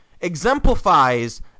exemplifies